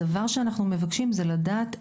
הדבר שאנחנו מבקשים הוא לדעת,